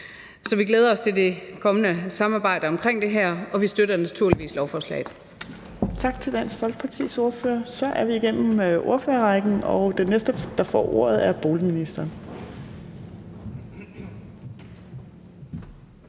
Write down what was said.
Så vi glæder os til det kommende samarbejde omkring det her, og vi støtter naturligvis lovforslaget. Kl. 14:53 Fjerde næstformand (Trine Torp): Tak til Dansk Folkepartis ordfører. Så er vi igennem ordførerrækken, og den næste, der får ordet, er boligministeren.